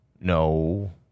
No